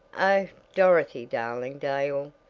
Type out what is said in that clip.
oh dorothy darling dale!